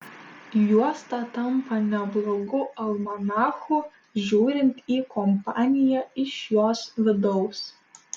juosta tampa neblogu almanachu žiūrint į kompaniją iš jos vidaus